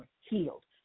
healed